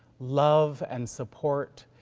love and support,